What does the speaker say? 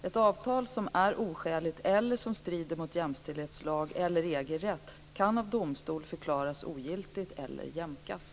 Ett avtal som är oskäligt eller som strider mot jämställdhetslagen eller EG-rätten kan av domstol förklaras ogiltigt eller jämkas.